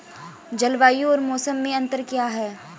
जलवायु और मौसम में अंतर क्या है?